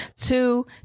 two